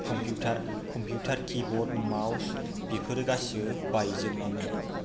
computer computer keyboard mouse बेफोरो गासैबो बायजोबनायमोन